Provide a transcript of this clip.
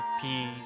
peace